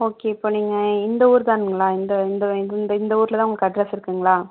okay இப்போ நீங்கள் இந்த ஊர் தானுங்களா இந்த இந்த இந்த இந்த ஊரில் தான் உங்களுக்கு அட்ரெஸ் இருக்குங்ளா